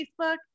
facebook